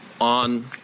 on